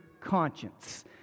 conscience